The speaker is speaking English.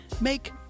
make